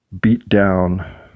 beat-down